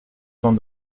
temps